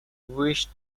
wished